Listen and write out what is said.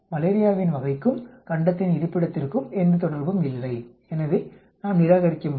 மலேரியாவின் வகைக்கும் கண்டத்தின் இருப்பிடத்திற்கும் எந்த தொடர்பும் இல்லை எனவே நாம் நிராகரிக்க முடியும்